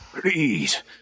please